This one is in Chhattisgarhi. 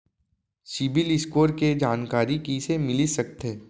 सिबील स्कोर के जानकारी कइसे मिलिस सकथे?